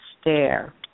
stare